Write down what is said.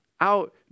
out